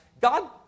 God